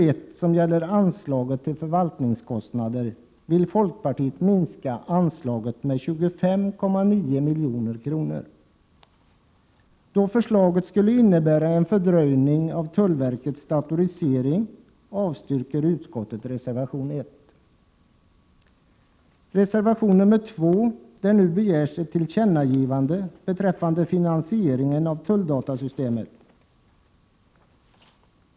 1987/88:133 fördröjning av tullverkets datorisering yrkar jag avslag på reservation nr 1. I reservation nr 2 begärs nu ett tillkännagivande beträffande finansieringen av tulldatasystemet.